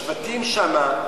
השבטים שם,